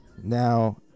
Now